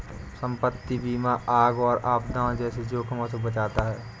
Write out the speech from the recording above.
संपत्ति बीमा आग और आपदाओं जैसे जोखिमों से बचाता है